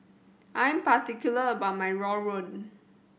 I'm particular about my rawon